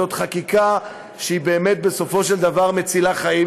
זאת חקיקה שהיא באמת בסופו של דבר מצילה חיים.